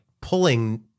pulling